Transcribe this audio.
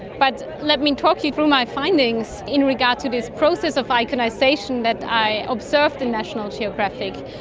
but let me talk you through my findings in regard to this process of iconisation that i observed in national geographic.